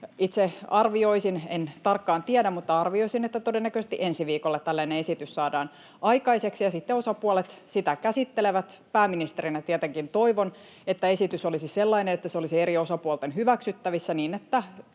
Itse arvioisin — en tarkkaan tiedä, mutta arvioisin — että todennäköisesti ensi viikolla tällainen esitys saadaan aikaiseksi, ja sitten osapuolet sitä käsittelevät. Pääministerinä tietenkin toivon, että esitys olisi sellainen, että se olisi eri osapuolten hyväksyttävissä niin, että